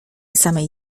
samej